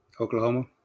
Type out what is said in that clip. Oklahoma